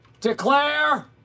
declare